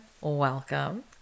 Welcome